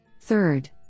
Third